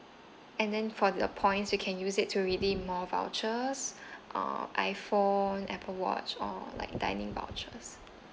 and then for the points you can use it to redeem more vouchers uh iphone apple watch or like dining vouchers